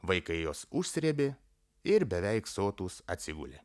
vaikai juos užsrėbė ir beveik sotūs atsigulė